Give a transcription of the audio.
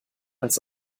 als